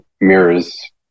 mirrors